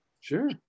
sure